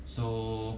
so